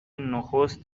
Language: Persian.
نخست